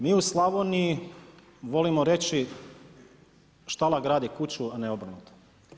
Mi u Slavoniji volimo reći štala gradi kuću a ne obrnuto.